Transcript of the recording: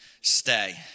stay